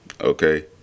Okay